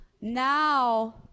now